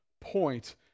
point